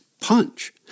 Punch